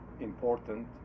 important